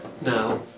Now